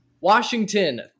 Washington